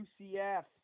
UCF